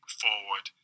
forward